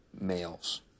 males